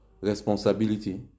responsibility